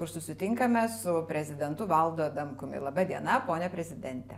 kur susitinkame su prezidentu valdu adamkumi laba diena pone prezidente